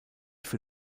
für